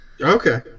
okay